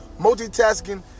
Multitasking